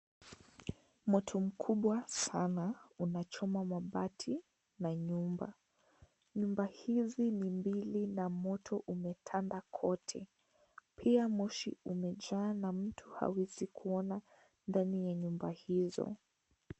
Moto mkubwa sana unachoma mabati na nyumba, nyumba hizi ni mbili na moto umetanda kote pia moshi umajaa na mtu hawezi kuona ndani ya nyumba hizo.